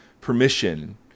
permission